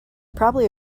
probably